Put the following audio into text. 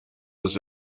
was